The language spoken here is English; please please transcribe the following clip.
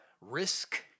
risk